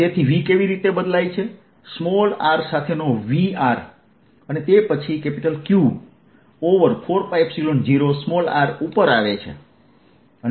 તેથી V કેવી રીતે બદલાય છે r સાથેનો V અને તે પછી Q4π0r ઉપર આવે છે